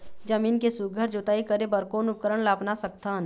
जमीन के सुघ्घर जोताई करे बर कोन उपकरण ला अपना सकथन?